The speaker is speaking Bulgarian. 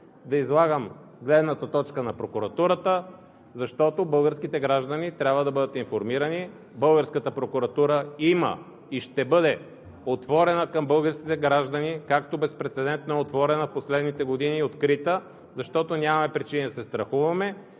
да излагам гледната точка на прокуратурата, защото българските граждани трябва да бъдат информирани. Българската прокуратура има и ще бъде отворена към българските граждани, както безпрецедентно е отворена в последните години и открита, защото нямаме причини да се страхуваме